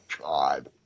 God